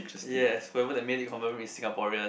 yes whoever that made it confirm is Singaporean